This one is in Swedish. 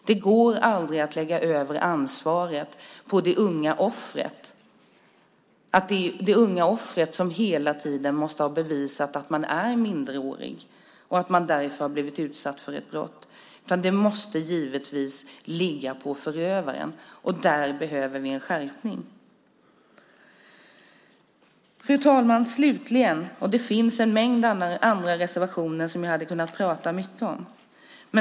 Det går aldrig att lägga över ansvaret på det unga offret så att det unga offret hela tiden måste ha bevisat att han eller hon är minderårig och därför har blivit utsatt för ett brott. Det måste givetvis ligga på förövaren, och där behöver vi en skärpning. Fru talman! Det finns en mängd reservationer som jag hade kunnat prata mycket om.